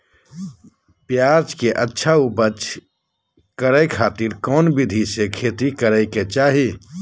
प्याज के अच्छा उपज करे खातिर कौन विधि से खेती करे के चाही?